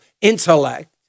intellect